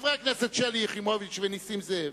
חברי הכנסת שלי יחימוביץ ונסים זאב,